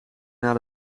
naar